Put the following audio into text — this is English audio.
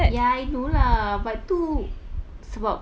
ya I know lah but tu sebab